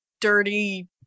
dirty